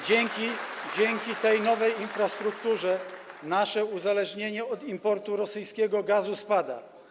Dzięki tej nowej infrastrukturze nasze uzależnienie od importu rosyjskiego gazu spada.